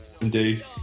Indeed